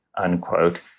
unquote